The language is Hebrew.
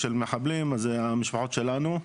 מחבלים, זה המשפחות שלנו,